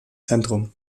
zentrum